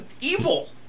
evil